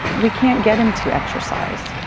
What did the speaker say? we can't get him to exercise.